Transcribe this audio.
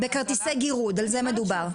כרטיסי גירוד על זה מדובר.